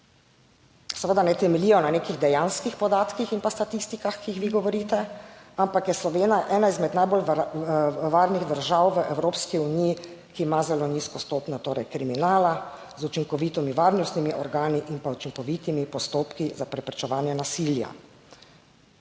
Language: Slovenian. seveda ne temeljijo na nekih dejanskih podatkih in statistikah, ki jih vi govorite, ampak je Slovenija ena izmed najbolj varnih držav v Evropski uniji, ki ima zelo nizko stopnjo torej kriminala, z učinkovitimi varnostnimi organi in pa učinkovitimi postopki za preprečevanje nasilja.